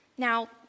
Now